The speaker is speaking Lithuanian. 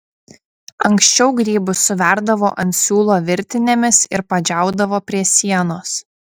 anksčiau grybus suverdavo ant siūlo virtinėmis ir padžiaudavo prie sienos